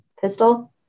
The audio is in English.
pistol